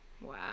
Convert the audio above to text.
Wow